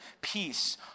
peace